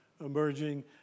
emerging